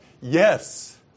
Yes